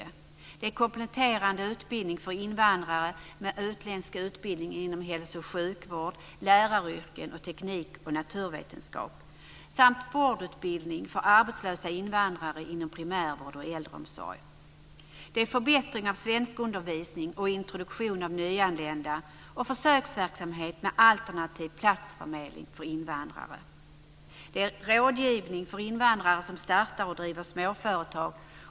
Det handlar om kompletterande utbildning för invandrare med utländsk utbildning inom hälso och sjukvård, läraryrken och teknik och naturvetenskap samt vårdutbildning för arbetslösa invandrare inom primärvård och äldreomsorg. Vidare handlar det om förbättringar av svenskundervisningen och introduktionen av nyanlända och försöksverksamhet med alternativ platsförmedling för invandrare. Det handlar om rådgivning för invandrare som startar och driver småföretag.